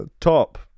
Top